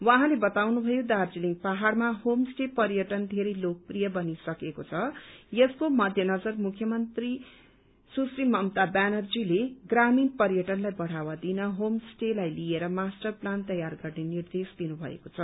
उहाँले बताउनुभयो दार्जीलिङ पहाड़मा होम स्टे पर्यटन थैरे लोकप्रिय बनिसकेको छ यसको मध्य नजर मुख्य नजर मुख्यमन्त्री ममता ब्यानर्जीले ग्रामीण पर्यटनलाई बढ़ावा दिन होम स्टेलाई लिएर मास्टर प्लान तयार गर्ने निर्देश दिनु भएको छ